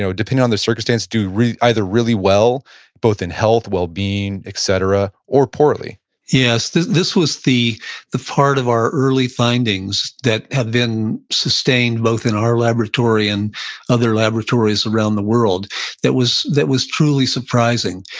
so depending on their circumstance, do either really well both in health, wellbeing, et cetera, or poorly yes. this this was the the part of our early findings that had been sustained both in our laboratory and other laboratories around the world that was that was truly surprising.